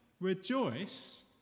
rejoice